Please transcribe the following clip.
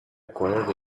acquired